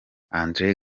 andre